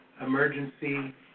Emergency